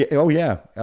yeah oh, yeah,